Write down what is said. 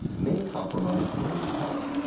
may compromise brain health.